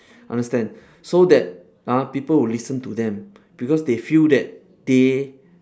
understand so that ah people would listen to them because they feel that they